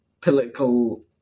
political